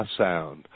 sound